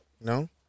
No